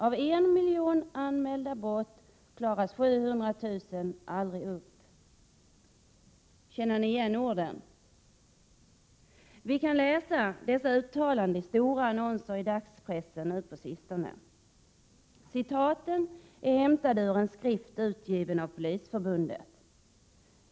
Av en miljon anmälda brott klaras 700 000 aldrig upp. Känner ni igen orden? Dessa uttalanden har vi kunnat läsa i stora annonser i dagspressen på sistone, och de är hämtade ur en skrift utgiven av Polisförbundet.